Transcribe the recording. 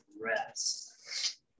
rest